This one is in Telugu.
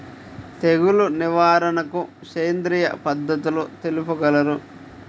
తెగులు నివారణకు సేంద్రియ పద్ధతులు తెలుపగలరు?